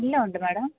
എല്ലാം ഉണ്ട് മാഡം